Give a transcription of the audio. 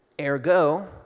Ergo